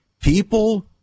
People